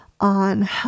on